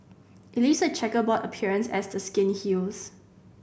it leaves a chequerboard appearance as the skin heals